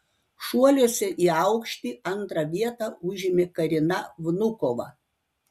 šuoliuose į aukštį antrą vietą užėmė karina vnukova